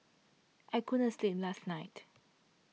I couldn't sleep last night